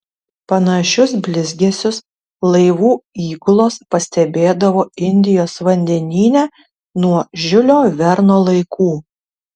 panašius blizgesius laivų įgulos pastebėdavo indijos vandenyne nuo žiulio verno laikų